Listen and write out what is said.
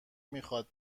میخواد